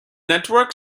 network